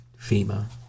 FEMA